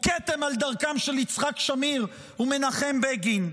הוא כתם על דרכם של יצחק שמיר ומנחם בגין.